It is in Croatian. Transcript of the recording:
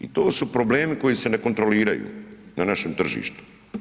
I to su problemi koji se ne kontroliraju na našem tržištu.